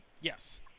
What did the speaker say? Yes